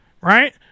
Right